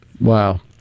Wow